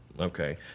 Okay